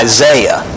Isaiah